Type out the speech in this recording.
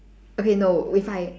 okay no we find